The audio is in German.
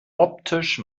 optisch